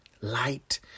light